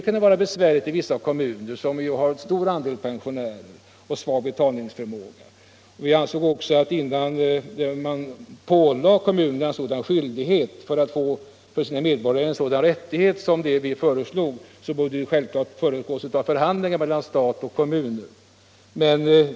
kunde vara betungande för vissa kommuner med stor andel pensionärer och svag betalningsförmåga. Vi ansåg att innan man ålade kommunerna skyldigheten att ge sina invånare den rättighet som vi föreslog borde förhandlingar äga rum mellan staten och kommunerna.